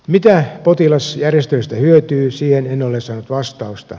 mitä potilas järjestelystä hyötyy siihen en ole saanut vastausta